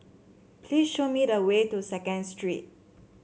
please show me the way to Second Street